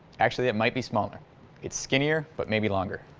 actually it might be smaller its skinnier, but maybe longer